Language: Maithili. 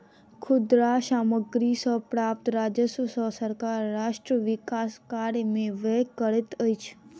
खुदरा सामग्री सॅ प्राप्त राजस्व सॅ सरकार राष्ट्र विकास कार्य में व्यय करैत अछि